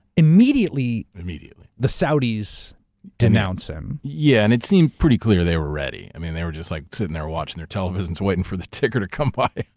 immediately. immediately. the saudis denounce him. yeah, and it seemed pretty clear they were ready. i mean, they were just like sitting there watching their televisions waiting for the ticker to come by.